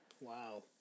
Wow